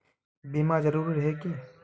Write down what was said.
बीमा जरूरी रहे है की?